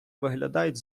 виглядають